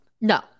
No